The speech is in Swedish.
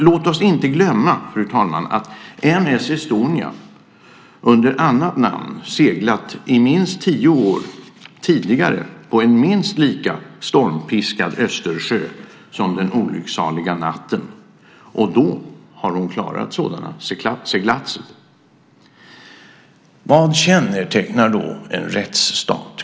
Låt oss inte glömma, fru talman, att M/S Estonia under annat namn hade seglat i minst tio år tidigare på ett minst lika stormpiskat Östersjön som den olycksaliga natten, och hon har klarat sådana seglatser! Vad kännetecknar då en rättsstat?